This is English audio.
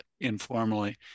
informally